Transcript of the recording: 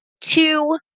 two